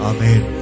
Amen